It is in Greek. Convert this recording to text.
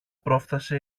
πρόφθασε